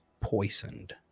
poisoned